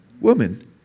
woman